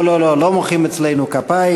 לא לא לא, לא מוחאים אצלנו כפיים,